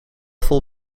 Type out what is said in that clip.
vol